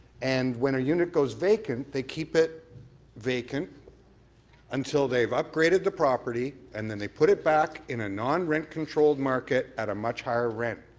and when a unit goes vacant they keep it vacant until they've upgraded the property, and then they put it back in a non-rent controlled market at a much higher rent.